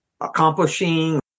accomplishing